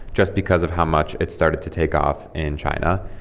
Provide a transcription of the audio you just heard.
just because of how much it started to take off in china.